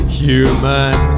human